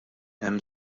hemm